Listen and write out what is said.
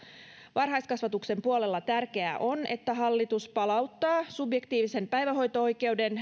varhaiskasvatuksen puolella tärkeää on että hallitus palauttaa subjektiivisen päivähoito oikeuden